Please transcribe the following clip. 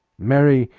marry,